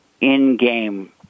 in-game